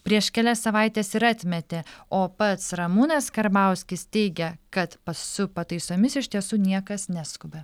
prieš kelias savaites ir atmetė o pats ramūnas karbauskis teigia kad su pataisomis iš tiesų niekas neskuba